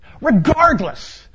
regardless